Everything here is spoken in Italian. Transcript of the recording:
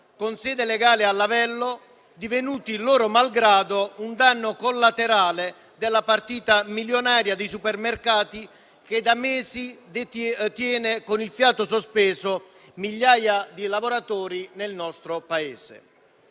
con sede legale a Lavello, divenuti - loro malgrado - un danno collaterale della partita milionaria dei supermercati che da mesi tiene con il fiato sospeso migliaia di lavoratori nel nostro Paese.